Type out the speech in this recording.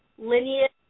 Lineage